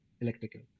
electrical